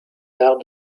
arts